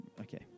Okay